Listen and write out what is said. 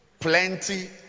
Plenty